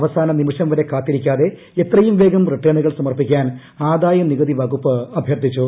അവസാന നിമിഷം വരെ കാത്തിരിക്കാതെ എത്രയും വേഗം റിട്ടേണുകൾ സമർപ്പിക്കാൻ ആദായനികുതി വകുപ്പ് അഭ്യർത്ഥിച്ചു